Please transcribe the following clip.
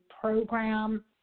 program